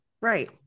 Right